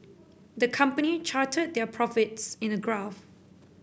the company charted their profits in the graph